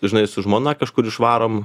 žinai su žmona kažkur išvarom